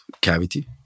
cavity